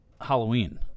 Halloween